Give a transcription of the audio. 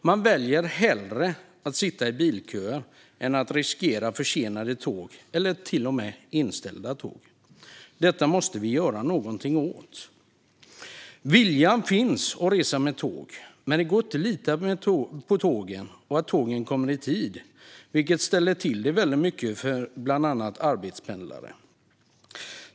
Man väljer hellre att sitta i bilköer än att riskera försenade eller till och med inställda tåg. Detta måste vi göra något åt. Viljan finns alltså att resa med tåg, men det går inte att lita på att tågen kommer i tid. Detta ställer till det väldigt mycket för bland annat arbetspendlare.